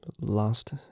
Last